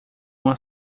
uma